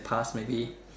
past maybe